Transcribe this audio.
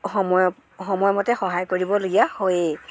সময় সময়মতে তাত সহায় কৰিবলাগীয়া হয়ে